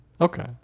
okay